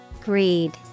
Greed